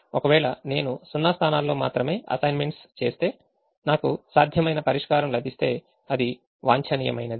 ఒకవేళ నేను 0 స్థానాల్లో మాత్రమే అసైన్మెంట్స్ చేస్తే నాకు సాధ్యమైన పరిష్కారం లభిస్తే అది వాంఛనీయమైనది